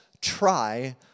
try